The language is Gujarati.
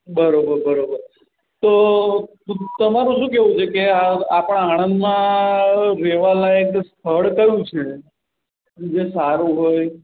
બરાબર બરાબર તો તમારું શું કહેવું છે કે આ આપણાં આણંદમાં રહેવાલાયક સ્થળ કયું છે જે સારું હોય